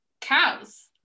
cows